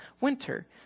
winter